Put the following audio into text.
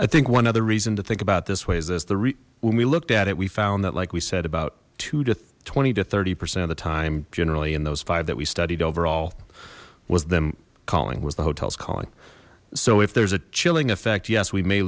i think one other reason to think about this way is this the when we looked at it we found that like we said about two to twenty to thirty percent of the time generally in those five that we studied overall was them calling was the hotel's calling so if there's a chilling effect yes we may